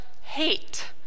hate